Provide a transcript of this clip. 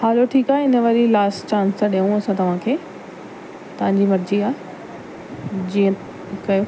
हलो ठीकु आहे हिन वरी लास्ट चांस था ॾियऊं असां तव्हांखे तव्हांजी मर्ज़ी आहे जीअं कयो